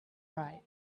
right